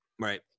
Right